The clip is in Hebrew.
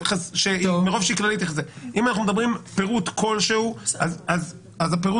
אם אנחנו אומרים פירוט כלשהו אז הפירוט